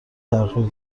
تغییر